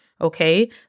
Okay